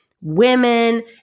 women